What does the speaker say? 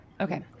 okay